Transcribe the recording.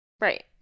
Right